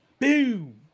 Boom